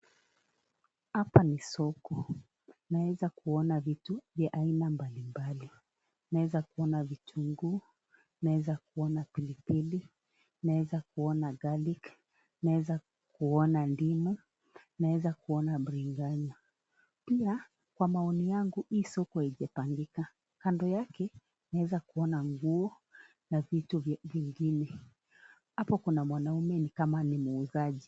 Hapa ni soko naweza kuona vitu vya aina mbalimbali, naweza kuona vitunguu, naweza kuona pilipili, naweza kuona gralic .Naweza kuona ndima, naweza kuona brikanya. Pia kwa maoni yangu hii soko haijapangika, kando yake naweza kuona nguo, na vitu vingine. Hapo kuna mwanaume ni kama ni muuzaji.